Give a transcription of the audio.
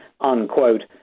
unquote